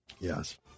Yes